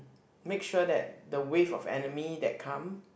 make sure that the wave of enemy that come